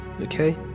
Okay